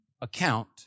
account